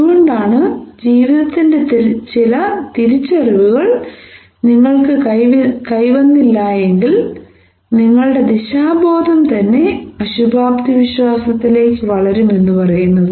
അതുകൊണ്ടാണ് ജീവിതത്തിന്റെ ചില തിരിച്ചറിവുകൾ നിങ്ങൾക്കു കൈവന്നില്ലായെങ്കിൽ നിങ്ങളുടെ ദിശാബോധം തന്നെ അശുഭാപ്തിവിശ്വാസത്തിലേക്ക് വളരും എന്ന് പറയുന്നത്